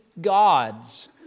gods